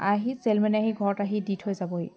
আহি ছেলমেন আহি ঘৰত আহি দি থৈ যাবহি